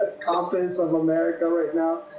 compass of america right now.